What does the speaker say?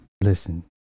Listen